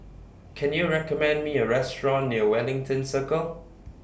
Can YOU recommend Me A Restaurant near Wellington Circle